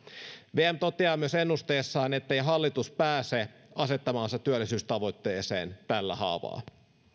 vm toteaa myös ennusteessaan ettei hallitus pääse asettamaansa työllisyystavoitteeseen tällä haavaa